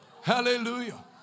Hallelujah